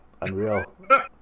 Unreal